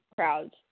crowds